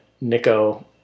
Nico